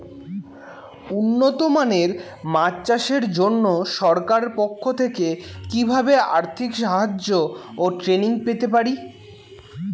উন্নত মানের মাছ চাষের জন্য সরকার পক্ষ থেকে কিভাবে আর্থিক সাহায্য ও ট্রেনিং পেতে পারি?